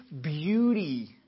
beauty